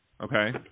Okay